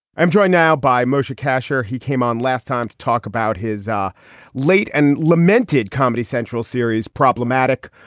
i'm joined now by moshe kasher. he came on last time to talk about his late and lamented comedy central series, problematic.